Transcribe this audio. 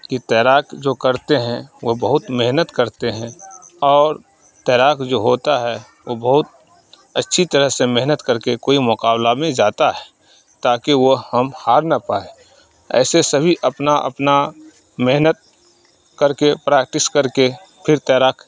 کہ تیراک جو کرتے ہیں وہ بہت محنت کرتے ہیں اور تیراک جو ہوتا ہے وہ بہت اچھی طرح سے محنت کر کے کوئی مقابلہ میں جاتا ہے تاکہ وہ ہم ہار نہ پائیں ایسے سبھی اپنا اپنا محنت کر کے پریکٹس کر کے پھر تیراک